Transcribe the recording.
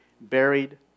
buried